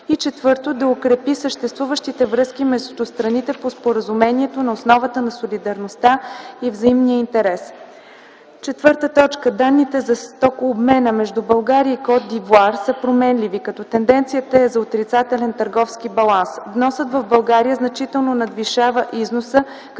развитие; - да укрепи съществуващите връзки между страните по споразумението на основата на солидарността и взаимния интерес. Четвърто, данните за стокообмена между България и Кот д’Ивоар са променливи, като тенденцията е за отрицателен търговски баланс. Вносът в България значително надвишава износа,